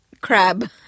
crab